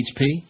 HP